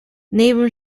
neben